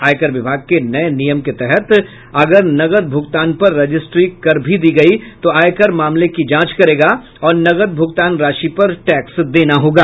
आयकर विभाग के नये नियम के तहत अगर नकद भूगतान पर रजिस्ट्री कर भी दी गई तो आयकर मामले की जांच करेगा और नकद भुगतान राशि पर टैक्स देना होगा